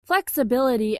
flexibility